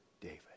David